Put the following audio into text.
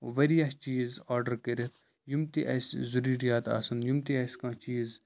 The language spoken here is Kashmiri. واریاہ چیٖز آرڈَر کٔرِتھ یِم تہِ اَسہِ ضٔروٗریات آسَن یِم تہِ اَسہِ کانٛہہ چیٖز